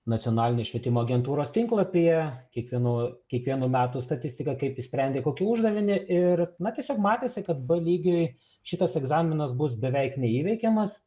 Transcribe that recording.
nacionalinės švietimo agentūros tinklapyje kiekvienų kiekvienų metų statistika kaip išsprendė kokį uždavinį ir na tiesiog matėsi kad b lygiui šitas egzaminas bus beveik neįveikiamas